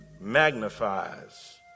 magnifies